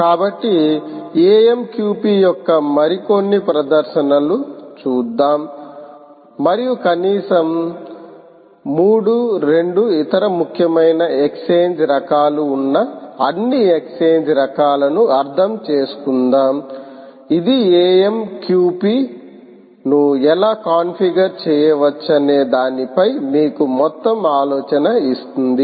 కాబట్టి AMQP యొక్క మరికొన్ని ప్రదర్శనలు చేద్దాం మరియు కనీసం 3 2 ఇతర ముఖ్యమైన ఎక్స్ఛేంజ్ రకాలు ఉన్న అన్ని ఎక్స్ఛేంజ్ రకాలను అర్థం చేసుకుందాం ఇది AMQP ను ఎలా కాన్ఫిగర్ చేయవచ్చనే దానిపై మీకు మొత్తం ఆలోచన ఇస్తుంది